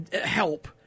help